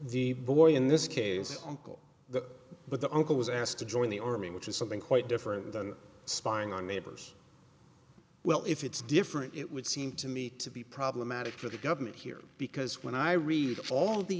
uncle the but the owner was asked to join the army which is something quite different than spying on neighbors well if it's different it would seem to me to be problematic for the government here because when i read all the